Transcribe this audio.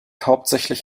hauptsächlich